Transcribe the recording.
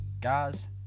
Guys